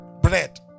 bread